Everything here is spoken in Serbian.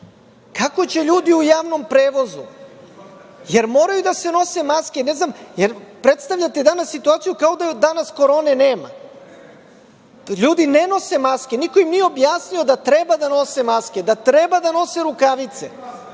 Kako će ljudi u javnom prevozu? Jel moraju da se nose maske? Danas predstavljate situaciju kao da od danas Korone nema. Ljudi ne nose maske. Niko im nije objasnio da treba da nose maske, da treba da nose rukavice.